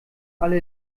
alle